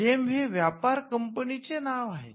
जेम हे व्यापार कंपनीचे नाव आहे